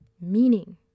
meaning